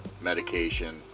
medication